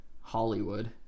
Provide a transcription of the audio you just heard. Hollywood